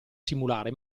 simulare